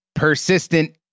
Persistent